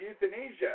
euthanasia